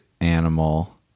animal